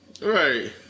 Right